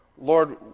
Lord